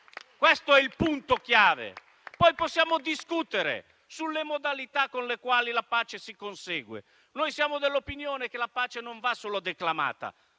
Questo è il punto chiave, poi possiamo discutere sulle modalità con le quali la pace si consegue. Noi siamo dell'opinione che non vada solo declamata,